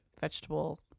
vegetable